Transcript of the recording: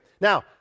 Now